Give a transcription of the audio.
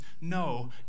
no